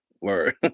Word